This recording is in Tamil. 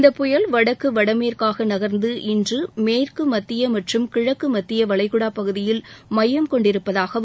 இந்தப் புயல் வடக்கு வடமேற்காக நகர்ந்து இன்று மேற்கு மத்திய மற்றும் கிழக்கு மத்திய வளைகுடா பகுதியில் மையம் கொண்டிருப்பதாகவும்